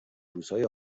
روزهای